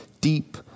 deep